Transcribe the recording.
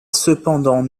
cependant